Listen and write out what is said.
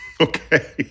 Okay